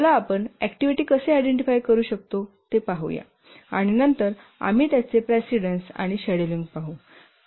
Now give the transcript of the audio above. चला आपण ऍक्टिव्हिटी कसे आयडेंटिफाय करू शकतो ते पाहू आणि नंतर आम्ही त्याचे प्रेसिडेन्स आणि शेड्यूलिंग पाहू